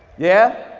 yeah,